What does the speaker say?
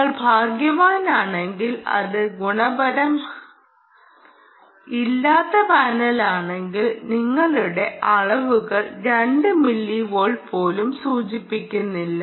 നിങ്ങൾ ഭാഗ്യവാനാണെങ്കിൽ അത് ഗുണനിലവാരമില്ലാത്ത പാനലാണെങ്കിൽ ഞങ്ങളുടെ അളവുകൾ 2 മില്ലി വാട്ട് പോലും സൂചിപ്പിക്കുന്നില്ല